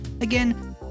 Again